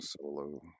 solo